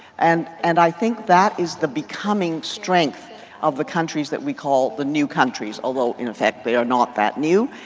and and i think that is the becoming strength of the countries that we call the new countries, although in effect, they are not that new.